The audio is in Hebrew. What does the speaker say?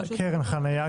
קרן חניה,